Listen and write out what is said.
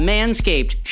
Manscaped